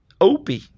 Opie